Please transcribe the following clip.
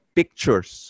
pictures